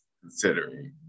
considering